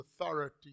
authority